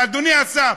ואדוני השר,